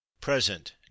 Present